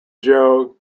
joe